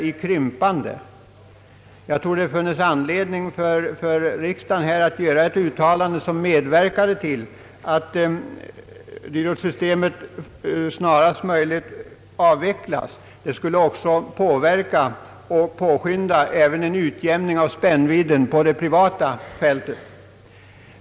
Det hade, vidhåller jag, funnits anledning för riksdagen att nu göra ett uttalande som medverkade till att dyrortssystemet snarast möjligt avvecklades. Det skulle också påskynda en utjämning av spännvidden på det privata fältet.